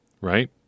Right